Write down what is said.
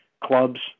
clubs